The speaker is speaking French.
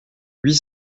huit